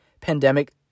Pandemic